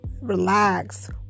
Relax